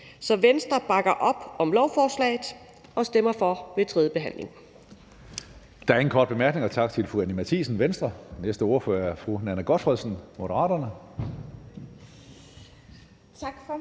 Så Venstre bakker op om lovforslaget og stemmer for ved tredjebehandlingen.